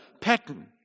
pattern